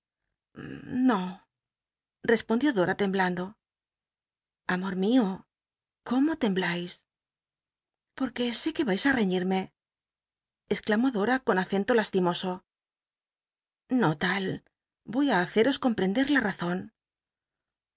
poudió dora temblando amor mio cómo tembláis por sé que vais t reñ inne rexclamó dora con acento lastimoso no tal voy á haceros comprender la razon